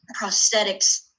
prosthetics